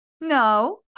No